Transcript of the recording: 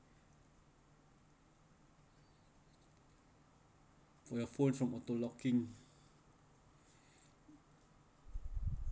for your phone from auto-locking